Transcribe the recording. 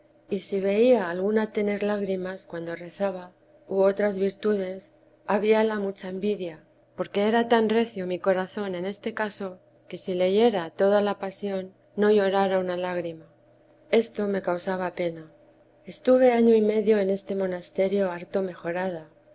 y si veía alguna tener lágrimas cuando rezaba u otras virtudes habíala mucha envidia porque era tan recio mi corazón en este caso que si leyera toda la pasión no llorara una lágrima esto me causaba pena estuve año y medio en este monasterio harto mejorada